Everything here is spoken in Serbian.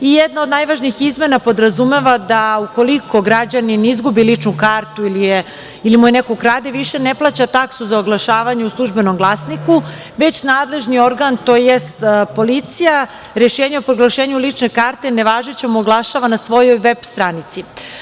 Jedna od najvažnijih izmena podrazumeva da ukoliko građanin izgubi ličnu kartu ili mu je neko ukrade, više ne plaća taksu za oglašavanje u "Službenom glasniku", već nadležni organ, tj. policija, rešenje o proglašenju lične karte nevažećom oglašava na svojoj veb stranici.